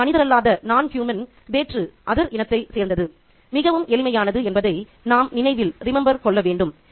நாய் மனிதரல்லாத வேற்று இனத்தை சேர்ந்தது மிகவும் எளிமையானது என்பதை நாம் நினைவில் கொள்ள வேண்டும்